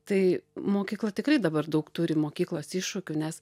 tai mokykla tikrai dabar daug turi mokyklos iššūkių nes